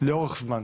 לאורך זמן,